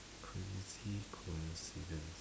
crazy coincidence